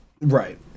right